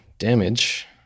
damage